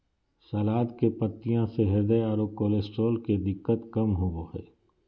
सलाद के पत्तियाँ से हृदय आरो कोलेस्ट्रॉल के दिक्कत कम होबो हइ